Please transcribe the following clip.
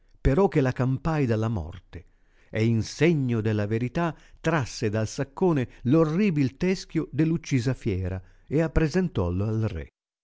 però che la campai dalla morte e in segno della verità trasse dal saccone l orribil teschio dell'uccisa fiera e appresentollo al re